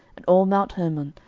and all mount hermon,